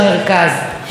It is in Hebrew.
עד מתי,